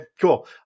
cool